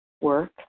work